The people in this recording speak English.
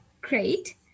great